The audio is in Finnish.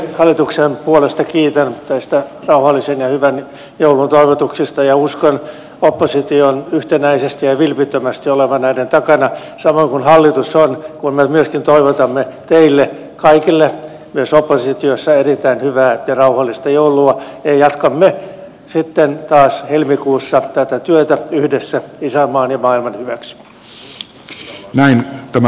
hallituksen puolesta kiitän näistä rauhallisen ja hyvän joulun toivotuksista ja uskon opposition yhtenäisesti ja vilpittömästi olevan näiden takana samoin kuin hallitus on kun me myöskin toivotamme teille kaikille myös oppositiossa erittäin hyvää ja rauhallista joulua ja jatkamme sitten taas helmikuussa tätä työtä yhdessä isänmaan ja maailman hyväksi